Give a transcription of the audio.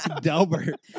Delbert